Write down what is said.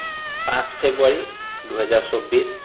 পাঁচ ফেব্ৰুৱাৰী দুহেজাৰ চৌব্বিছ